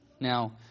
Now